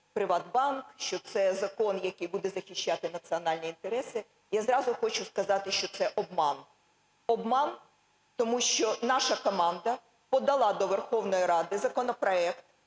що це закон, який буде захищати національні інтереси. Я зразу хочу сказати, що це обман. Обман, тому що наша команда подала до Верховної Ради законопроект,